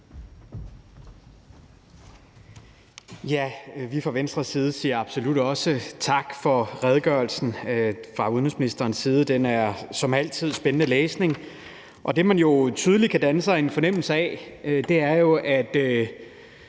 siger fra Venstres side absolut også tak for redegørelsen fra udenrigsministeren. Den er som altid spændende læsning, og det, man jo tydeligt kan danne sig en fornemmelse af, er jo, at